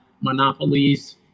monopolies